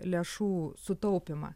lėšų sutaupymą